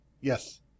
yes